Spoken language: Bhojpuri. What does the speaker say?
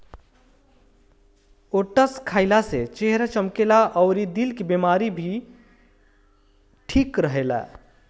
ओट्स खाइला से चेहरा चमकेला अउरी दिल के बेमारी में भी इ ठीक रहेला